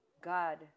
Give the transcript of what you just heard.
God